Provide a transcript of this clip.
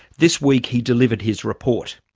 this week he delivered his report.